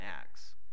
Acts